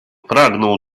pragnął